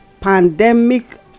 pandemic